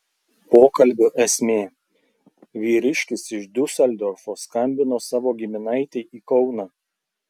pokalbio esmė vyriškis iš diuseldorfo skambino savo giminaitei į kauną